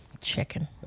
Chicken